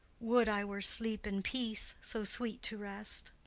would i were sleep and peace, so sweet to rest!